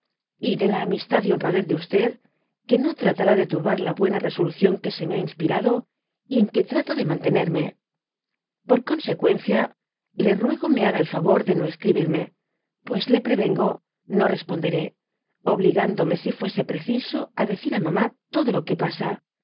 y de la amistad y honradez de que no tratará de turbar la buena resolución que se me ha inspirado y en que trato de mantenerme por consequencia le ruego me haga el favor de no escribirme pues le prevengo no responderé obligándome si fuese preciso á decir á mamá todo lo que pasa